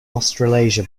australasia